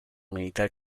militar